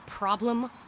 Problem